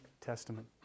testament